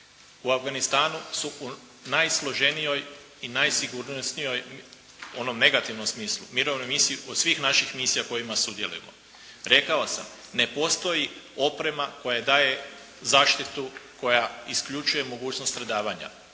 u Afganistanu su u najsloženijoj i najsigurnosnijoj u onom negativnom smislu mirovnoj misiji od svih naših misija u kojima sudjelujemo. Rekao sam ne postoji oprema koja daje zaštitu, koja isključuje mogućnost stradavanja.